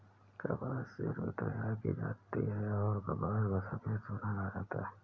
कपास से रुई तैयार की जाती हैंऔर कपास को सफेद सोना कहा जाता हैं